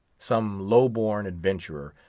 some low-born adventurer,